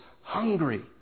hungry